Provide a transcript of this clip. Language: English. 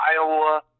Iowa